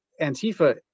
Antifa